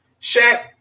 Shaq